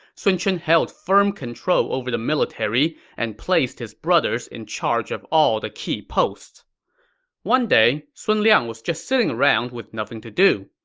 sun chen held firm control over the military and placed his brothers in charge of all the key posts one day, sun liang was just sitting around with nothing to do.